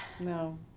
No